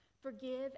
forgive